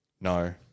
No